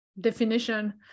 definition